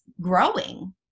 growing